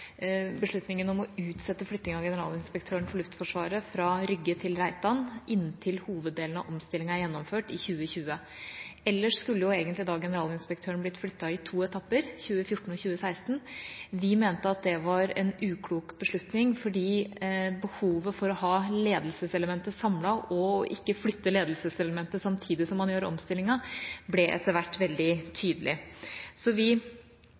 beslutningen om å utsette flyttingen av Generalinspektøren for Luftforsvaret fra Rygge til Reitan inntil hoveddelen av omstillinga er gjennomført i 2020. Egentlig skulle jo Generalinspektøren blitt flyttet i to etapper – i 2014 og 2016. Vi mente at det var en uklok beslutning fordi behovet for å ha ledelseselementet samlet og ikke flytte ledelseselementet samtidig som man gjør omstillingen, etter hvert ble veldig tydelig. Så vi